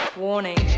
Warning